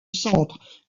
centre